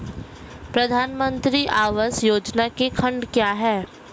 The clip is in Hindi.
प्रधानमंत्री आवास योजना के खंड क्या हैं?